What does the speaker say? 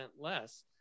less